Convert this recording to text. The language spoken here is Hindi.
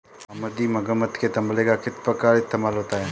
मामाजी मगरमच्छ के चमड़े का किस तरह इस्तेमाल होता है?